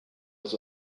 was